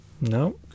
No